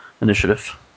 initiative